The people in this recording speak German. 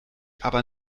aber